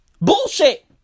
Bullshit